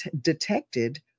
detected